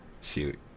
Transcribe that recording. shoot